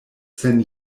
sen